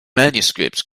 manuscripts